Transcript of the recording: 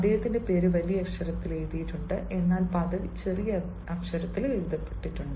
അദ്ദേഹത്തിന്റെ പേര് വലിയ അക്ഷരത്തിൽ എഴുതിയിട്ടുണ്ട് എന്നാൽ പദവി ചെറിയ അക്ഷരത്തിൽ എഴുതപ്പെടും